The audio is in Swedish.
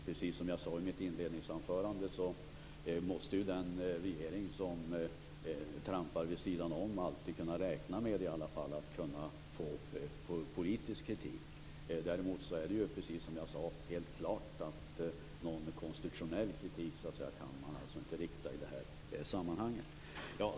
Precis som jag sade i mitt inledningsanförande måste den regering som trampar vid sidan av alltid räkna med att få politisk kritik. Däremot är det, precis som jag sade, helt klart att man inte kan rikta någon konstitutionell kritik i detta sammanhang.